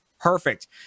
perfect